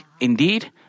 indeed